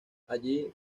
allí